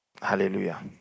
Hallelujah